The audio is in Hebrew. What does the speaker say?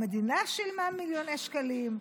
המדינה שילמה מיליוני שקלים,